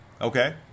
Okay